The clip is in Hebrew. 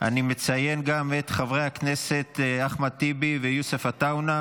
אני קובע כי הצעת חוק הגנת הצרכן (תיקון,